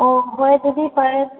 ꯑꯣ ꯍꯣꯏ ꯑꯗꯨꯗꯤ ꯐꯔꯦ